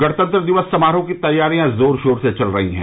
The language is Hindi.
गणतंत्र दिवस समारोह की तैयारियां जोरशोर से चल रही हैं